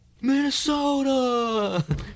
Minnesota